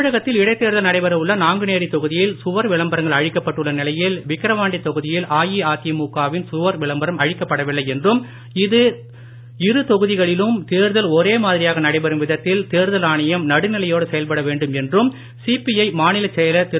தமிழகத்தில் இடைத் தேர்தல் நடைபெற உள்ள நாங்குநேரி தொகுதியில் நிலையில் விக்கிரவாண்டி தொகுதியில் அஇஅதிமுக வில் சுவர் விளம்பரம் அழிக்கப்படவில்லை என்றும் இரு தொகுதிகளிலும் தேர்தல் ஒரே மாதிரியாக நடைபெறும் விதத்தில் தேர்தல் ஆணையம் நடுநிலையோடு செயல்பட வேண்டும் என்றும் சிபிஐ மாநிலச் செயலர் திரு